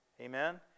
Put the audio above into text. Amen